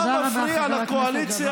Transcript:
מה מפריע, תודה רבה, חבר הכנסת ג'בארין.